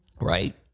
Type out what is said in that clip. Right